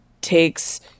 takes